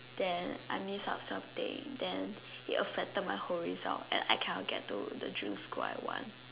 then I miss out something then it affected my whole result and I cannot get into the dream school I want